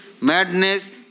madness